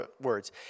words